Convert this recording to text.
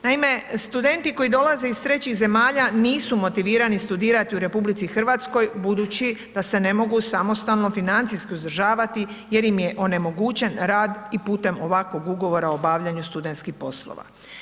Naime, studenti koji dolaze iz trećih zemalja, nisu motivirani studirati u RH, budući da se ne mogu samostalno financijski uzdržavati jer im je onemogućen rad i putem ovakvog ugovora o obavljanju studentskih poslova.